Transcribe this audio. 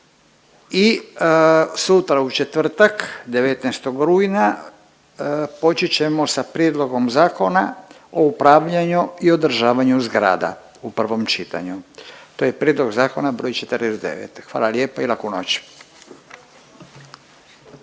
i sutra u četvrtak 19. rujna počet ćemo sa Prijedlogom zakona o upravljanju i održavanju zgrada u prvom čitanju, to je prijedlog zakona broj 49. Hvala lijepa i laku noć.